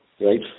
right